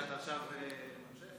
חשוב מאוד.